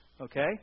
okay